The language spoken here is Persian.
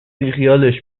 بیخیالش